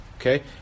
okay